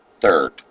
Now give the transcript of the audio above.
Third